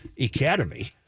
academy